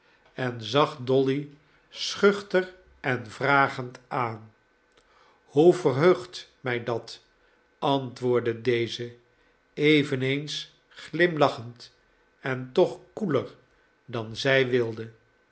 en zag dolly schuchter en vragend aan hoe verheugt mij dat antwoordde deze eveneens glimlachend en toch koeler dan zij wilde